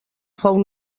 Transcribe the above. fou